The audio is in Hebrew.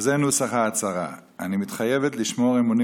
וזה נוסח ההצהרה: אני מתחייבת לשמור אמונים